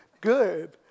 good